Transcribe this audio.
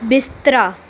ਬਿਸਤਰਾ